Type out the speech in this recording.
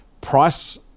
price